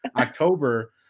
October